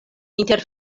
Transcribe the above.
inter